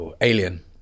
Alien